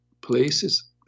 places